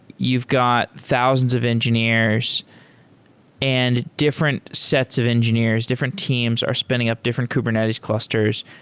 you've got thousands of engineers and different sets of engineers, different teams are spinning up different kubernetes clusters.